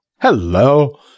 Hello